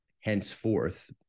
henceforth